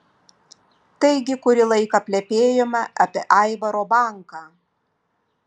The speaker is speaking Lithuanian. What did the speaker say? taigi kurį laiką plepėjome apie aivaro banką